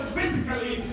physically